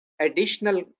additional